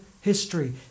history